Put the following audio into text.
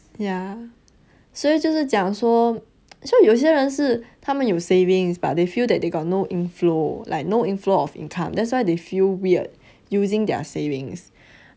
ya 所以就是讲说 so 有些人是他们有 savings but they feel that they got no inflow like no inflow of income that's why they feel weird using their savings